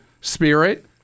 Spirit